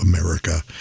America